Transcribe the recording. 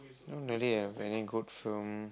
don't really have any good film